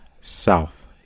South